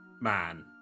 man